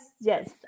yes